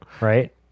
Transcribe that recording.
Right